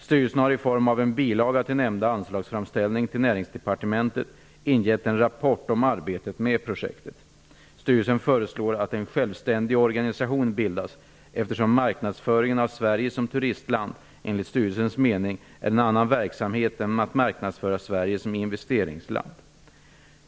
Styrelsen har, i form av en bilaga till nämnda anslagsframställning, till Näringsdepartementet ingett en rapport om arbetet med projektet. Styrelsen föreslår att en självständig organisation bildas, eftersom marknadsföringen av Sverige som turistland enligt styrelsens mening är en annan verksamhet än att marknadsföra Sverige som investeringsland.